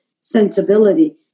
sensibility